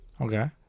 Okay